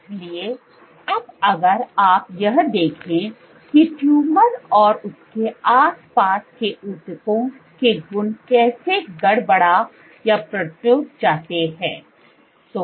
इसलिए अब अगर आप यह देखें कि ट्यूमर और उसके आस पास के ऊतकों के गुण कैसे गड़बड़ा जाते हैं